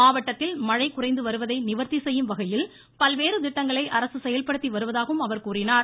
மாவட்டத்தில் மழை குறைந்து வருவதை நிவர்த்தி செய்யும் வகையில் பல்வேறு திட்டங்களை அரசு செயல்படுத்தி வருவதாகவும் அவர் கூறினார்